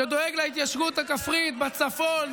שדואג להתיישבות הכפרית בצפון,